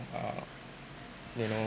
uh you know